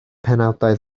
penawdau